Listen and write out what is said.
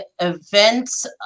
events